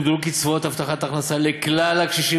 הוגדלו קצבאות הבטחת הכנסה לכלל הקשישים